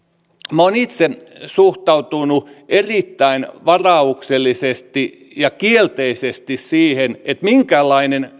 minä olen itse suhtautunut erittäin varauksellisesti ja kielteisesti siihen että minkäänlainen